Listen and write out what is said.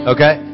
Okay